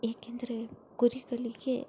ಏಕಂದ್ರೆ ಕುರಿಗಳಿಗೆ